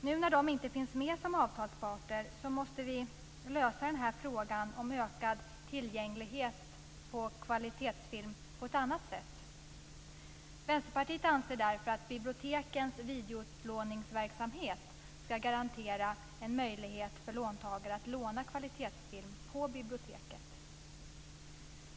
Nu när de inte finns med som avtalsparter måste vi lösa frågan om ökad tillgänglighet till kvalitetsfilm på ett annat sätt. Vänsterpartiet anser därför att bibliotekens videoutlåningsverksamhet ska garantera en möjlighet för låntagare att låna kvalitetsfilm på biblioteket.